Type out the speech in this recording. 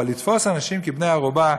אבל לתפוס אנשים כבני-ערובה,